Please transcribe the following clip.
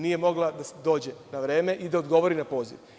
Nije mogla da dođe na vreme i da odgovori na poziv.